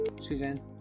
Suzanne